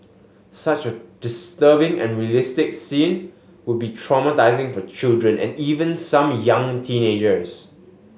such a disturbing and realistic scene would be traumatising for children and even some young teenagers